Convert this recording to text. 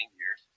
years